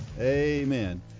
Amen